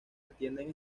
atienden